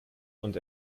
und